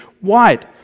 white